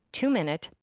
two-minute